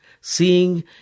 seeing